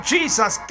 Jesus